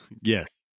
Yes